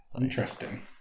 Interesting